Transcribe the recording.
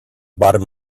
bottom